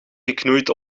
geknoeid